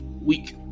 week